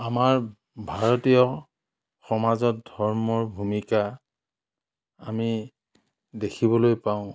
আমাৰ ভাৰতীয় সমাজত ধৰ্মৰ ভূমিকা আমি দেখিবলৈ পাওঁ